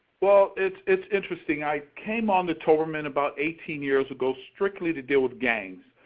well, it's it's interesting, i came onto toberman about eighteen years ago strictly to deal with gangs.